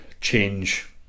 change